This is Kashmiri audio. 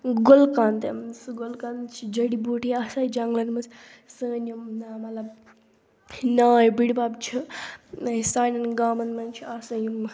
گُل قنٛد سُہ گُل قَنٛد چھِ جیڈی بوٗٹی آسان جَنٛگلَن مَنٛز سٲنۍ یِم مطلب نانۍ بُڈۍ بَب چھِ سانیٚن گامَن مَنٛز چھِ آسان یِم